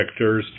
vectors